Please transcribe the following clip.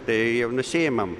tai nusiimam